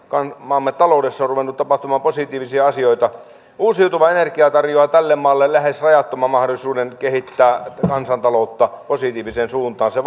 maamme taloudessa on ruvennut tapahtumaan positiivisia asioita uusiutuva energia tarjoaa tälle maalle lähes rajattoman mahdollisuuden kehittää kansantaloutta positiiviseen suuntaan se